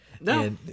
No